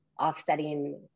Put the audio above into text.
offsetting